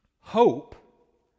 hope